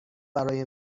برای